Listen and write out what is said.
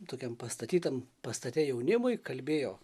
tokiam pastatytam pastate jaunimui kalbėjo